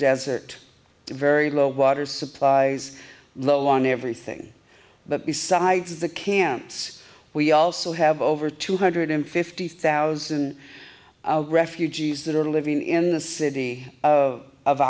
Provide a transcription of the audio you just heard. desert very low water supplies low on everything but besides the camps we also have over two hundred fifty thousand refugees that are living in the city